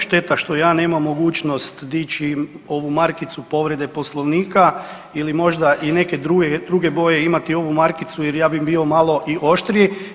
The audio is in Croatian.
Šteta što ja nemam mogućnost dići ovu markicu povrede Poslovnika ili možda i neke druge boje imati ovu markicu jer ja bi bio malo i oštriji.